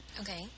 Okay